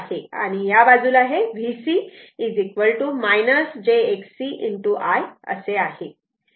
आणि या बाजूला हे Vc j Xc I आहे